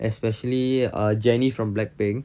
especially jennie from blackpink